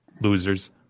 losers